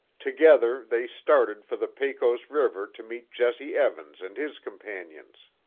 together, they started for the pecos river to meet jesse evans and his companions.